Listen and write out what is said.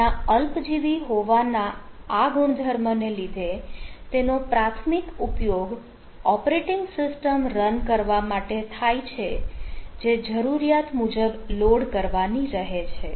તેના અલ્પજીવી હોવાના આ ગુણધર્મને લીધે તેનો પ્રાથમિક ઉપયોગ ઓપરેટિંગ સિસ્ટમ રન કરવા માટે થાય છે જે જરૂરિયાત મુજબ લોડ કરવાની રહે છે